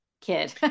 kid